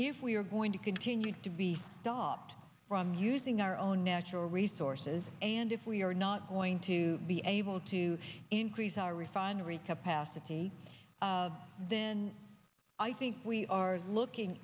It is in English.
if we're going to continue to be stopped from using our own natural resources and if we are not going to be able to increase our refinery capacity then i think we are looking